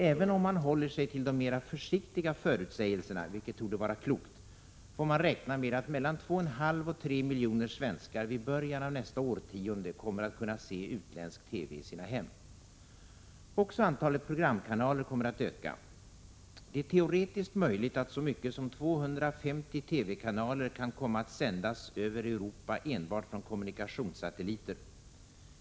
Även om man håller sig till de mera försiktiga förutsägelserna-— vilket torde vara klokt — får man räkna med att mellan 2,5 och 3 miljoner svenskar vid början av nästa årtionde kommer att kunna se utländsk TV i sina hem. Också antalet programkanaler kommer att öka. Det är teoretiskt möjligt att så mycket som 250 TV-kanaler kan komma att sändas över Europa enbart från kommunikationssatelliter.